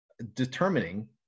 determining